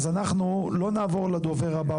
אנחנו לא נעבור לדובר הבא,